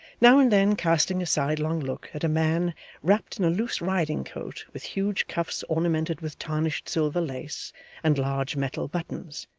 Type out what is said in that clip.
now and then casting a sidelong look at a man wrapped in a loose riding-coat with huge cuffs ornamented with tarnished silver lace and large metal buttons,